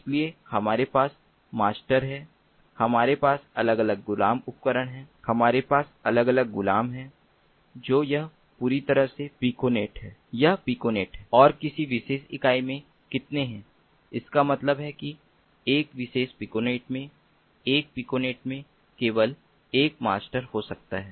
इसलिए हमारे पास मास्टर हैं हमारे पास अलग अलग गुलाम हैं तो यह पूरी तरह से पिकोनेट है यह पिकोनेट है और किसी विशेष इकाई में कितने है इसका मतलब है कि एक विशेष पिकोनेट में एक पिकोनेट में केवल एक मास्टर हो सकता है